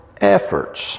efforts